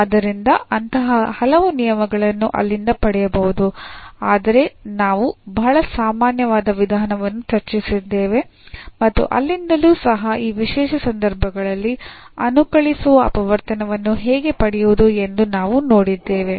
ಆದ್ದರಿಂದ ಅಂತಹ ಹಲವು ನಿಯಮಗಳನ್ನು ಅಲ್ಲಿಂದ ಪಡೆಯಬಹುದು ಆದರೆ ನಾವು ಬಹಳ ಸಾಮಾನ್ಯವಾದ ವಿಧಾನವನ್ನು ಚರ್ಚಿಸಿದ್ದೇವೆ ಮತ್ತು ಅಲ್ಲಿಂದಲೂ ಸಹ ಆ ವಿಶೇಷ ಸಂದರ್ಭಗಳಲ್ಲಿ ಅನುಕಲಿಸುವ ಅಪವರ್ತನವನ್ನು ಹೇಗೆ ಪಡೆಯುವುದು ಎಂದು ನಾವು ನೋಡಿದ್ದೇವೆ